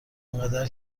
انقدر